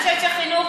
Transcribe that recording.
אני חושבת שחינוך,